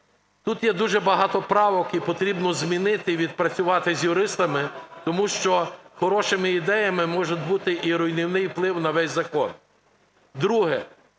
Тут є дуже багато правок, і потрібно змінити і відпрацювати з юристами, тому що хорошими ідеями може бути і руйнівний вплив на весь закон. Друге.